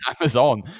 amazon